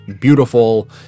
beautiful